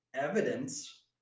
evidence